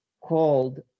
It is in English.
called